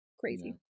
crazy